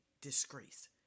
disgrace